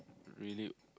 really